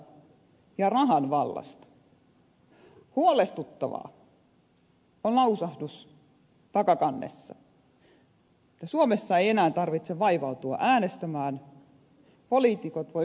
huolestuttava on lausahdus takakannessa että suomessa ei enää tarvitse vaivautua äänestämään poliitikot voi yksinkertaisesti ostaa